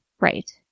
right